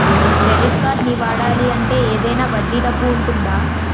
Credit కార్డ్ని వాడాలి అంటే ఏదైనా వడ్డీ డబ్బు ఉంటుందా?